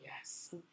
yes